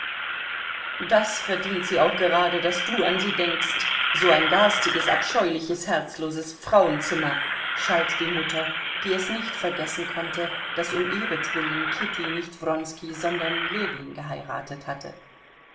das verdient sie auch gerade daß du an sie denkst so ein garstiges abscheuliches herzloses frauenzimmer schalt die mutter die es nicht vergessen konnte daß um ihretwillen kitty nicht wronski sondern ljewin geheiratet hatte